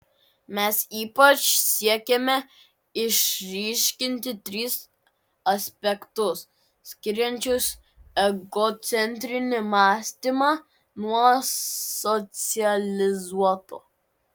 mes ypač siekėme išryškinti tris aspektus skiriančius egocentrinį mąstymą nuo socializuoto